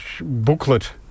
booklet